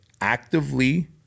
actively